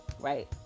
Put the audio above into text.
right